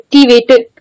activated